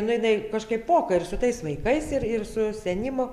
nu jinai kažkaip moka ir su tais vaikais ir ir su senimu